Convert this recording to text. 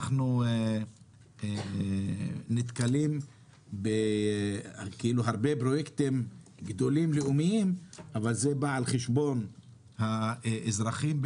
ואנחנו נתקלים בהרבה פרויקטים לאומיים גדולים שבאים על חשבון האזרחים.